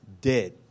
dead